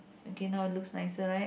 okay now it looks nicer right